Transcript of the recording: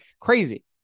Crazy